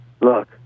look